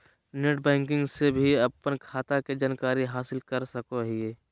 net banking से भी अपन खाता के जानकारी हासिल कर सकोहिये